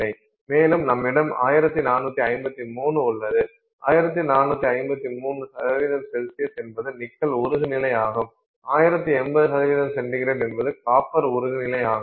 மேலும் நம்மிடம் 1453 உள்ளது 1453ºC என்பது நிக்கல் உருகு நிலையாகும் 1085ºC என்பது காப்பர் உருகு நிலையாகும்